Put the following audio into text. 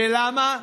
ולמה?